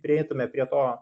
prieitume prie to